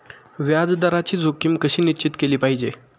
व्याज दराची जोखीम कशी निश्चित केली पाहिजे